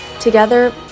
Together